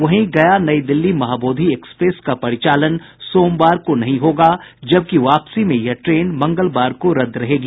वहीं गया नई दिल्ली महाबोधि एक्सप्रेस का परिचालन सोमवार को नहीं होगा जबकि वापसी में यह ट्रेन मंगलवार को रद्द रहेगी